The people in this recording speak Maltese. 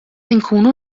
inkunu